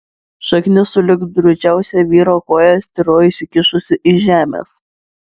šaknis sulig drūčiausia vyro koja styrojo išsikišusi iš žemės